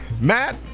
Matt